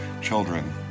children